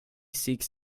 seeks